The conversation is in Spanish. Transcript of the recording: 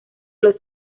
las